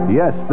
yes